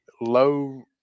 low